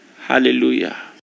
Hallelujah